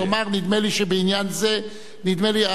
נדמה לי שבעניין זה, שום דבר.